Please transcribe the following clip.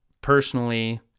personally